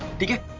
to you.